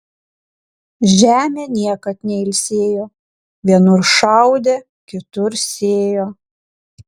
žemė niekad neilsėjo vienur šaudė kitur sėjo